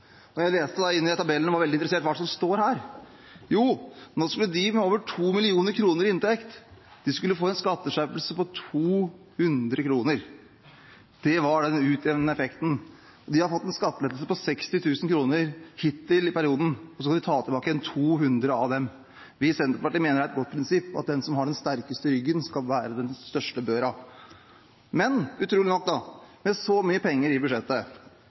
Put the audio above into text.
Jo, nå skulle de med over 2 mill. kr i inntekt få en skatteskjerpelse på 200 kr. Det var den utjevnende effekten. De har fått en skattelettelse på 60 000 kr hittil i perioden, nå tar man tilbake 200 av dem. Vi i Senterpartiet mener det er et godt prinsipp at de som har den sterkeste ryggen, skal bære den største børa. Men utrolig nok, med så mye penger i budsjettet,